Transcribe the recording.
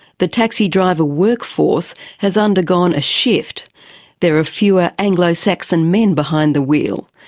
the taxi driver workforce has undergone a shift there are fewer anglo-saxon men behind the wheel,